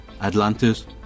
Atlantis